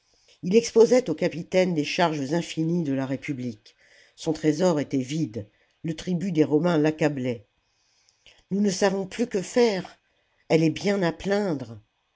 il exposait aux capitaines les charges infinies de la république son trésor était vide le tribut des romains l'accablait nous ne savons plus que faire elle est bien à plaindre